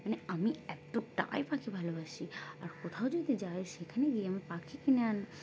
মানে আমি এতটাই পাখি ভালোবাসি আর কোথাও যদি যাই সেখানে গিয়ে আমি পাখি কিনে আনি